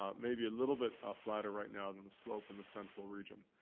um maybe a little bit ah flatter right now than the slope in the central region.